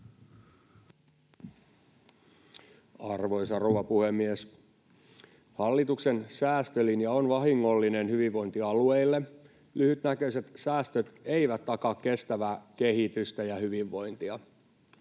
Arvoisa rouva puhemies! Hallituksen säästölinja on vahingollinen hyvinvointialueille. Lyhytnäköiset säästöt eivät takaa kestävää kehitystä ja hyvinvointia.